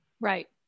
right